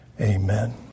amen